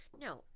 No